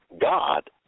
God